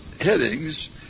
headings